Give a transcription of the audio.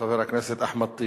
חבר הכנסת אחמד טיבי.